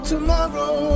Tomorrow